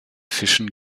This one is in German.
fischen